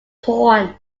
torn